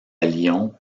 lyon